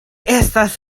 estas